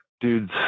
dudes